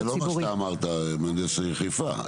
אז זה לא מה שאתה אמרת מהנדס העיר נתניה.